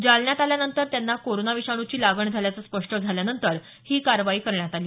जालन्यात आल्यानंतर त्यांना कोरोना विषाणूची लागण झाल्याचं स्पष्ट झाल्यानंतर ही कारवाई करण्यात आली